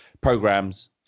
programs